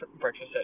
breakfast